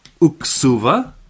uksuva